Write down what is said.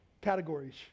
categories